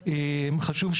הבאים.